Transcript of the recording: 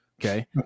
okay